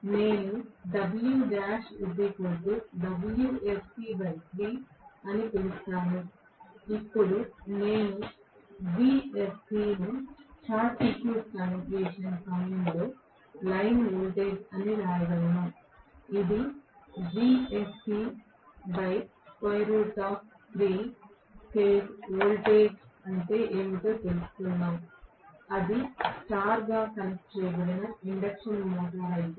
నేను అని పిలుస్తాను ఇప్పుడు నేను Vsc ను షార్ట్ సర్క్యూట్ కండిషన్ సమయంలో లైన్ వోల్టేజ్ అని వ్రాయగలను ఇది ఫేజ్ వోల్టేజ్ ఏమిటో తెలుసుకుందాం అది స్టార్ గా కనెక్ట్ చేయబడిన ఇండక్షన్ మోటర్ అయితే